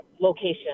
location